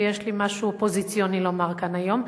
ויש לי משהו אופוזיציוני לומר כאן היום.